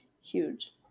Huge